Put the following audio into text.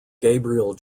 gabriel